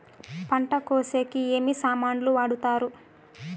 పంట కోసేకి ఏమి సామాన్లు వాడుతారు?